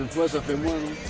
wasn't the